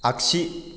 आगसि